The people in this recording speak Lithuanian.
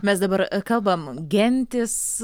mes dabar kalbam gentys